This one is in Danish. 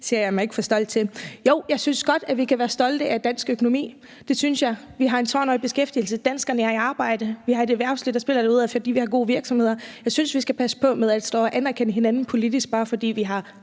ser jeg mig ikke for stolt til. Jo, jeg synes godt, vi kan være stolte af dansk økonomi. Det synes jeg. Vi har en tårnhøj beskæftigelse. Danskerne er i arbejde. Vi har et erhvervsliv, der kører derudad, fordi vi har gode virksomheder. Jeg synes, vi skal passe på med at stå og anerkende hinanden politisk, bare fordi vi har